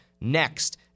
next